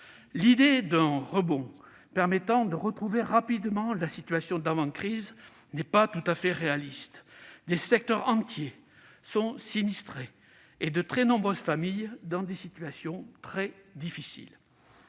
L'idée d'un rebond permettant de retrouver rapidement la situation d'avant-crise n'est pas tout à fait réaliste. Des secteurs entiers sont sinistrés et de très nombreuses famillessont dans des situations très difficiles.